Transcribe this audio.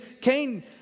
Cain